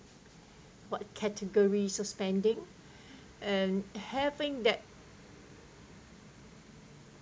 what category is your spending and having that